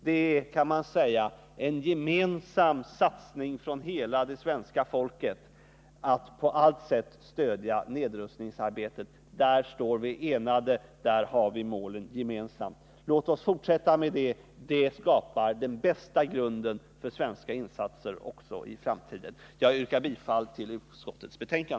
Det är, kan man säga, en gemensam satsning från hela det svenska folket att på allt sätt stödja nedrustningsarbetet. Där står vi enade. Där har vi gemensamma mål. Låt oss fortsätta med detta. Det skapar den bästa grogrunden för svenska insatser också i framtiden. Fru talman! Jag yrkar bifall till utskottets hemställan.